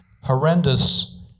horrendous